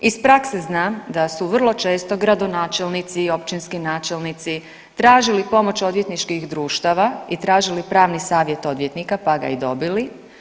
Iz prakse znam da su vrlo često gradonačelnici i općinski načelnici tražili pomoć odvjetničkih društava i tražili pravni savjet odvjetnika pa ga i dobili.